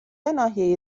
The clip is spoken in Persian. ناحیه